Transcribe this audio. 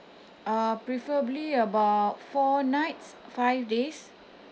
uh preferably about four nights five days